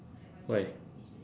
why